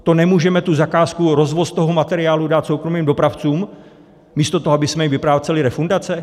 To nemůžeme tu zakázku, rozvoz toho materiálu, dát soukromým dopravcům místo toho, abychom jim vypláceli refundace?